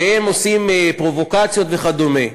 שהם עושים פרובוקציות וכדומה.